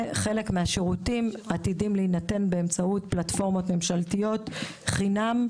חלק מהשירותים עתידים להינתן באמצעות פלטפורמות ממשלתיות חינמיות,